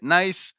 nice